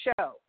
show